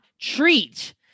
treat